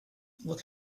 look